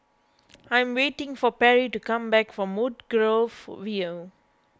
I am waiting for Perry to come back from Woodgrove View